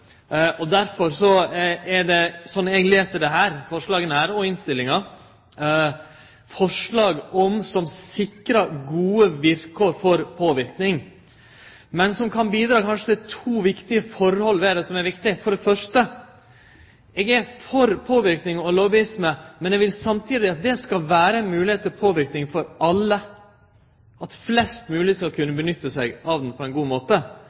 for. Derfor er dette slik eg les dette forslaget og innstillinga, forslag som sikrar gode vilkår for påverknad, men som kanskje kan bidra til to viktige forhold ved det som er viktige. For det første: Eg er for påverknad og lobbyisme, men eg vil samstundes at det skal vere moglegheit for påverknad for alle – at flest mogleg skal kunne nytte seg av han på ein god måte.